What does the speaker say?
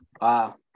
Wow